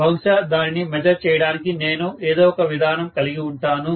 బహుశా దానిని మెజర్ చేయడానికి నేను ఏదో ఒక విధానం కలిగి వుంటాను